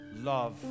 love